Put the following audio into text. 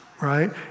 right